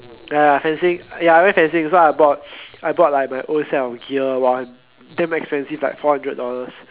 ya ya fencing ya I went fencing so I bought I bought like my own set of gear !wah! damn expensive like four hundred dollars